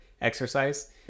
exercise